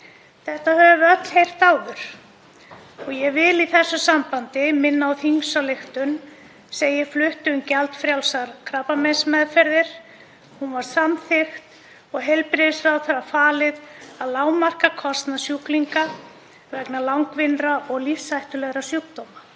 Þetta höfum við öll heyrt áður. Ég vil í þessu sambandi minna á þingsályktunartillögu sem ég flutti um gjaldfrjálsar krabbameinsmeðferðir. Hún var samþykkt og heilbrigðisráðherra var falið að lágmarka kostnað sjúklinga vegna langvinnra og lífshættulegra sjúkdóma.